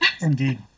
Indeed